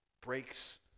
breaks